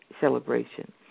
celebration